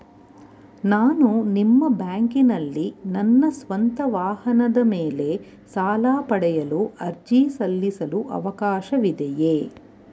ನಾನು ನಿಮ್ಮ ಬ್ಯಾಂಕಿನಲ್ಲಿ ನನ್ನ ಸ್ವಂತ ವಾಹನದ ಮೇಲೆ ಸಾಲ ಪಡೆಯಲು ಅರ್ಜಿ ಸಲ್ಲಿಸಲು ಅವಕಾಶವಿದೆಯೇ?